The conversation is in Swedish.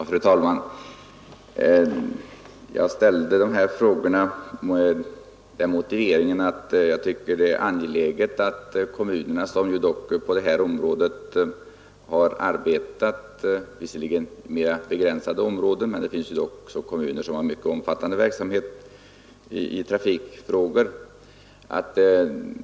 Fru talman! Jag ställde dessa frågor med motiveringen att jag finner det angeläget att kommunerna kommer med i denna planering på ett tidigt skede; visserligen har kommunerna arbetat i mer lokalt begränsad omfattning, men det finns ändock kommuner som har en mycket omfattande verksamhet i trafikfrågor.